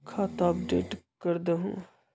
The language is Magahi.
खाता अपडेट करदहु?